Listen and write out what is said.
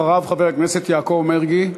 אחריו, חבר הכנסת יעקב מרגי,